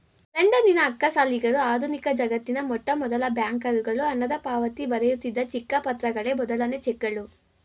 ಲಂಡನ್ನಿನ ಅಕ್ಕಸಾಲಿಗರು ಆಧುನಿಕಜಗತ್ತಿನ ಮೊಟ್ಟಮೊದಲ ಬ್ಯಾಂಕರುಗಳು ಹಣದಪಾವತಿ ಬರೆಯುತ್ತಿದ್ದ ಚಿಕ್ಕ ಪತ್ರಗಳೇ ಮೊದಲನೇ ಚೆಕ್ಗಳು